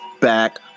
back